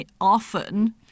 often